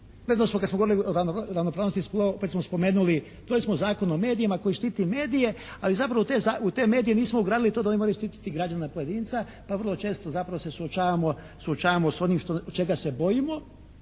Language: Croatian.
se./ … kada smo govorili o ravnopravnosti spolova opet smo spomenuli, donijeli smo Zakon o medijima koji štiti medije ali zapravo u te medije nismo ugradili to da oni moraju štititi građana pojedinca pa vrlo često zapravo se suočavamo s onim čega se bojimo